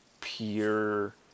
pure